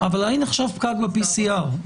--- ב-PCR,